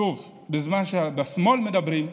שוב, בזמן שבשמאל מדברים,